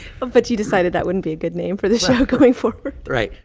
but you decided that wouldn't be a good name for these show going forward right.